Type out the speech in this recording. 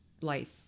life